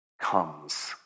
comes